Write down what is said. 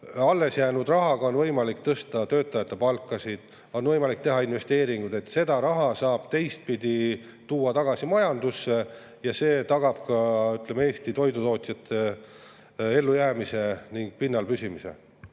alles jäänud rahaga on võimalik tõsta töötajate palkasid ja on võimalik teha investeeringuid. Seda raha saab teistpidi tuua tagasi majandusse ja see tagab ka Eesti toidutootjate ellujäämise ning pinnal püsimise.